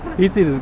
he said.